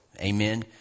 Amen